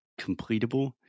completable